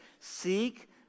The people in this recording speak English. Seek